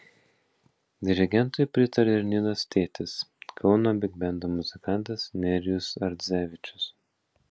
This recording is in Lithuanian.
dirigentui pritarė ir nidos tėtis kauno bigbendo muzikantas nerijus ardzevičius